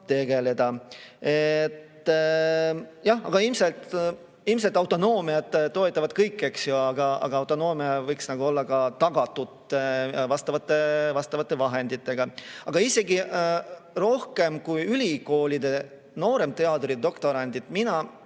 tegeleda. Ilmselt autonoomiat toetavad kõik, eks ju, aga autonoomia võiks olla ka tagatud vastavate vahenditega. Aga isegi rohkem kui ülikoolide nooremteadurite ja doktorantide